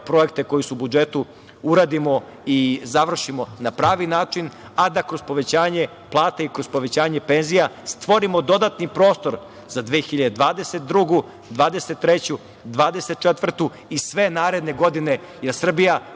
projekte koji su u budžetu, uradimo i završimo na pravi način, a da kroz povećanje plata i penzija, stvorimo dodatni prostor za 2022, 2023, 2024. godinu i sve naredne godine, jer Srbija